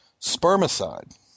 Spermicide